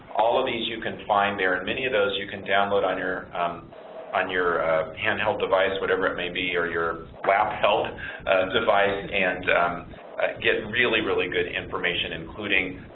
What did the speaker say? all of these you can find there and many of those you can download on your on your handheld device whatever it may be or your lap-held device and get really, really good information including,